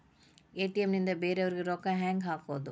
ATM ನಿಂದ ಬೇರೆಯವರಿಗೆ ರೊಕ್ಕ ಹೆಂಗ್ ಹಾಕೋದು?